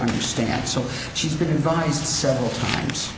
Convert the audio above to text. understand so she's been advised several times